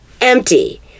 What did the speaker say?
empty